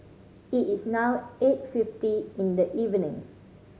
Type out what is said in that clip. it is now eight fifty in the evening